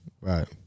Right